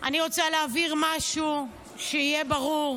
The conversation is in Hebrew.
אני קובע שהצעת חוק הפסקת הליכים